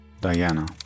Diana